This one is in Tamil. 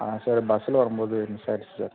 அதான் சார் பஸ்ஸுல் வரும் போது மிஸ் ஆகிடுச்சி சார்